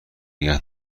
نگه